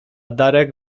darek